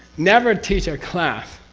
never teach a class